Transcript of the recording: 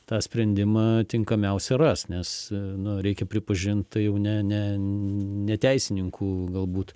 tą sprendimą tinkamiausią ras nes nu reikia pripažint tai jau ne ne ne teisininkų galbūt